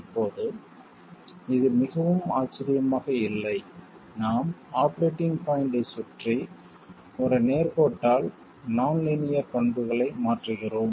இப்போது இது மிகவும் ஆச்சரியமாக இல்லை நாம் ஆபரேட்டிங் பாய்ண்ட்டைச் சுற்றி ஒரு நேர் கோட்டால் நான் லீனியர் பண்புகளை மாற்றுகிறோம்